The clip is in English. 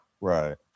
right